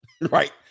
right